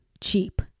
cheap